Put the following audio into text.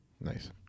Nice